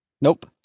Nope